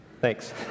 Thanks